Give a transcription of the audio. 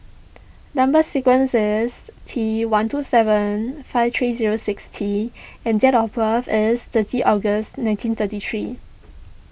Number Sequence is T one two seven five three zero six T and date of birth is thirty October nineteen thirty three